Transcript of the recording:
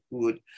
good